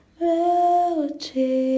melody